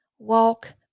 Walk